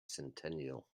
centennial